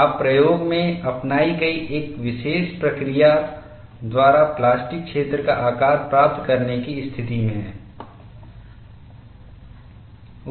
आप प्रयोग में अपनाई गई एक विशेष प्रक्रिया द्वारा प्लास्टिक क्षेत्र का आकार प्राप्त करने की स्थिति में हैं